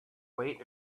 weight